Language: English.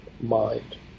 mind